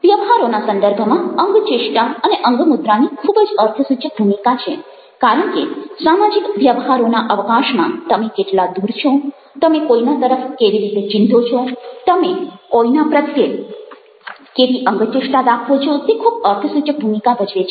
વ્યવહારોના સંદર્ભમાં અંગચેષ્ટા અને અંગમુદ્રાની ખૂબ જ અર્થસૂચક ભૂમિકા છે કારણ કે સામાજિક વ્યવહારોના અવકાશમાં તમે કેટલા દૂર છો તમે કોઈના તરફ કેવી રીતે ચીંધો છો તમે કોઈના પ્રત્યે કેવી અંગચેષ્ટા દાખવો છો તે ખૂબ અર્થસૂચક ભૂમિકા ભજવે છે